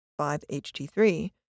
5-HT3